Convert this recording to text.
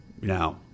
Now